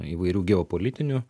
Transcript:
įvairių geopolitinių